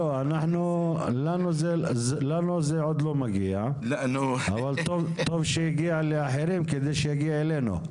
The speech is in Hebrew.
אלינו זה עוד לא מגיע אבל טוב שהגיע לאחרים כדי שיגיע אלינו.